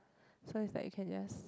so it's like you can just